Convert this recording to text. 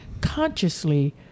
consciously